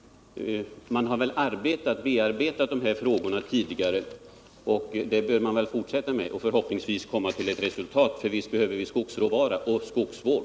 Man har väl arbetat med de här frågorna tidigare och bör väl också fortsätta med det. Förhoppningsvis uppnår man ett resultat, för visst behöver vi skogsråvara och skogsvård.